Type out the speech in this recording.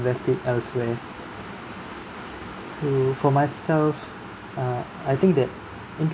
invest it elsewhere so for myself uh I think that